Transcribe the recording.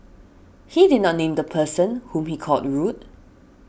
he did not name the person whom he called rude